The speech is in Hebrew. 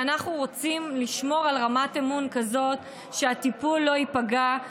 ואנחנו רוצים לשמור על רמת אמון כזאת שהטיפול לא ייפגע,